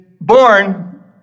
born